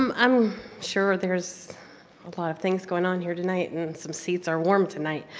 um i'm sure there's lot of things going on here tonight and some seats are warm tonight.